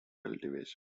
cultivation